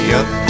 up